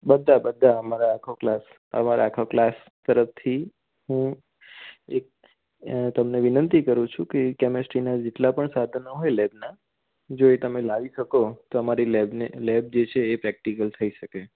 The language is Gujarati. બધાં બધાં અમારો આખો ક્લાસ અમારા આખો ક્લાસ તરફથી હું એક તમને વિનંતી કરું છું કે કેમેસ્ટ્રીના જેટલા પણ સાધનો હોય લેબના જો એ તમે લાવી શકો તો અમારી લેબની લેબ જે છે એમાં પ્રેકટીકલ થઈ શકે